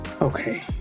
okay